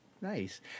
Nice